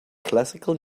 classical